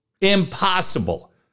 impossible